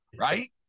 Right